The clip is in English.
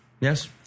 Yes